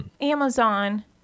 Amazon